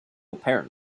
apparent